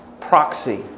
proxy